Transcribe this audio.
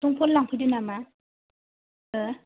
समफोर लांफैदो नामा ओ